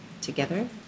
together